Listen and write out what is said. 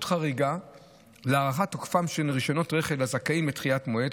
חריגה להארכת תוקפם של רישיונות רכב לזכאים לדחיית מועד,